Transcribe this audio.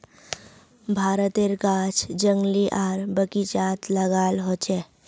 भारतेर गाछ जंगली आर बगिचात लगाल होचे